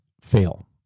fail